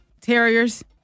Terriers